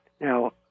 Now